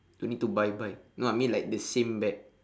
don't need to buy buy no I mean like the same bag